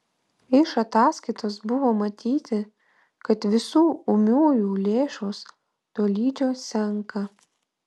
iš ataskaitos buvo matyti kad visų ūmiųjų lėšos tolydžio senka